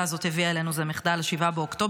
הזאת הביאה עלינו זה מחדל 7 באוקטובר,